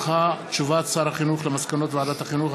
הודעת שר החינוך על מסקנות ועדת החינוך,